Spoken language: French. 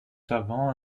savants